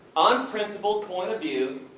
unprincipled point of view,